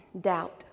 doubt